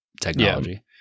technology